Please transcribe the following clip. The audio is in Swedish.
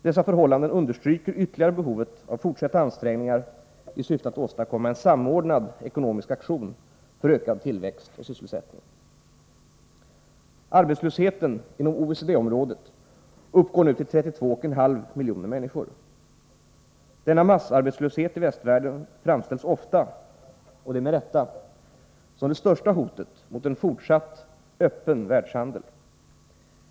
Dessa förhållanden understryker ytterligare behovet av fortsatta ansträngningar i syfte att åstadkomma en samordnad ekonomisk aktion för ökad tillväxt och sysselsättning. Arbetslösheten inom OECD-området uppgår nu till 32,5 miljoner människor. Denna massarbetslöshet i västvärlden framställs ofta — och det med rätta — som det största hotet mot en fortsatt öppen världshandel.